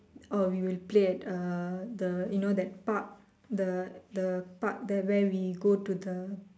or we will play at uh the you know that park the the park that where we will go to the